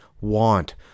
want